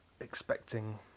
expecting